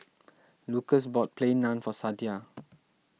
Lucas bought Plain Naan for Sadye